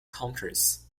countries